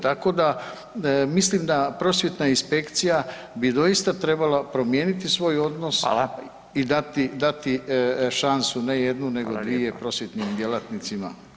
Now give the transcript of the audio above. Tako da mislim da prosvjetna inspekcija bi doista trebala promijeniti svoj odnos i dati šansu ne jednu, nego dvije prosvjetnim djelatnicima.